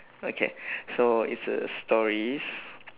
okay so it's a stories